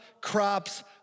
crops